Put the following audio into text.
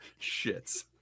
shits